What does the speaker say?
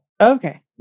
Okay